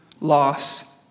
loss